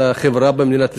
לחברה במדינת ישראל,